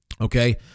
Okay